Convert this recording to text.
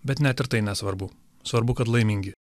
bet net ir tai nesvarbu svarbu kad laimingi